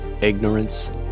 ignorance